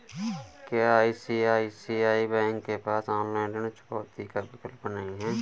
क्या ICICI bank के पास ऑनलाइन ऋण चुकौती का विकल्प नहीं है?